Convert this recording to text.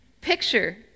Picture